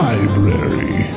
Library